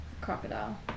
crocodile